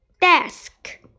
desk